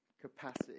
capacity